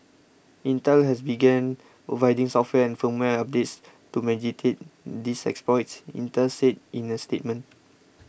Intel has began providing software and firmware updates to mitigate these exploits Intel said in a statement